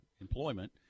employment